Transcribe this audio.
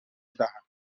دهند